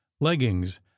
leggings